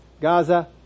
Gaza